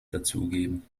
dazugeben